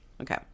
Okay